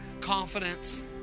confidence